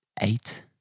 eight